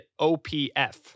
OPF